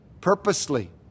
purposely